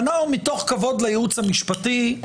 ואנחנו מתוך כבוד לייעוץ המשפטי,